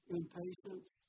impatience